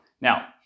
Now